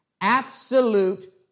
Absolute